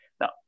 Now